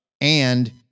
And-